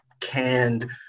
canned